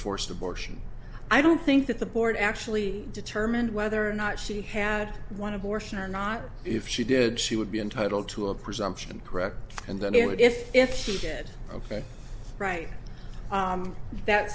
forced abortion i don't think that the board actually determined whether or not she had one abortion or not if she did she would be entitled to a presumption correct and then you know if if she did ok right that